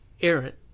errant